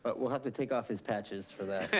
but we'll have to take off his patches for that.